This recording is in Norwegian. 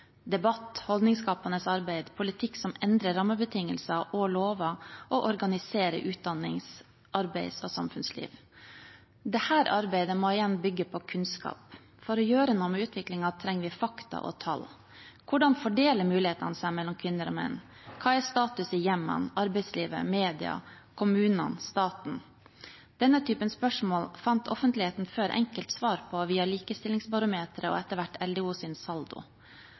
debatt, holdningsskapende arbeid, politikk som endrer rammebetingelser og lover og organiserer utdannings-, arbeids- og samfunnsliv. Dette arbeidet må igjen bygge på kunnskap. For å gjøre noe med utviklingen trenger vi fakta og tall. Hvordan fordeler mulighetene seg mellom kvinner og menn? Hva er status i hjemmene, arbeidslivet, medier, kommunene, staten? Denne typen spørsmål fant offentligheten før enkelt svar på via Likestillingsbarometeret og etter hvert LDOs SaLDO.